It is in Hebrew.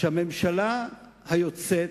שהממשלה היוצאת,